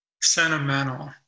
sentimental